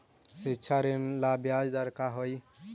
शिक्षा ऋण ला ब्याज दर का हई?